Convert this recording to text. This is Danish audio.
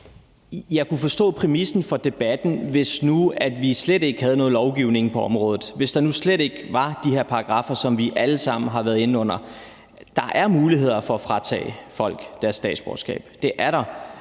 Jeg kunne forstå præmissen for debatten, hvis nu vi slet ikke havde noget lovgivning på området, eller hvis der nu slet ikke var de her paragraffer, som vi alle sammen har været inde på. Der er muligheder for at fratage folk deres statsborgerskab. Det er der.